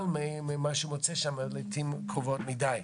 ממה שהוא מוצא שם לעיתים קרובות מידי.